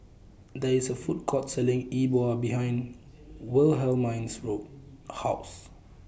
There IS A Food Court Selling E Bua behind Wilhelmine's Road House